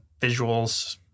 visuals